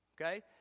Okay